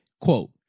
Quote